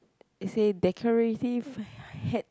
it say decorative hat